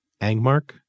Angmark